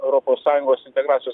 europos sąjungos integracijos